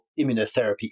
immunotherapy